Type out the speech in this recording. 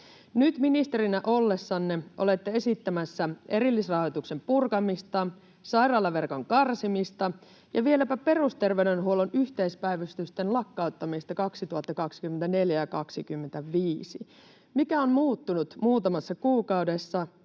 Nyt ministerinä ollessanne olette esittämässä erillisrahoituksen purkamista, sairaalaverkon karsimista ja vieläpä perusterveydenhuollon yhteispäivystysten lakkauttamista 2024 ja 2025. Mikä on muuttunut muutamassa kuukaudessa?